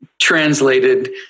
translated